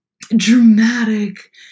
dramatic